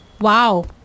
Wow